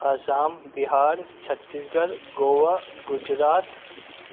Assam Bihar Chhattisgarh Goa Gujarat